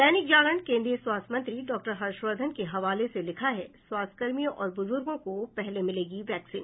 दैनिक जागरण केन्द्रीय स्वास्थ्य मंत्री डॉक्टर हर्षवर्धन के हवाले से लिखा है स्वास्थ्यकर्मियों और ब्रजुर्गो को पहले मिलेगी वैक्सीन